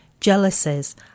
jealousies